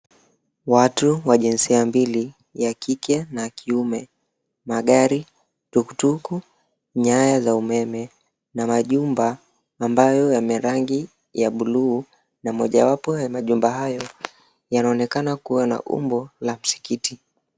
Watu wa jinsia mbili, ya kike na kiume. Magari, tukutuku, nyaya za umeme na majumba ambayo yana rangi ya buluu. Na mojawapo ya majumba hayo yanaonekana kuwa na umbo la msikiti.